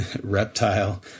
reptile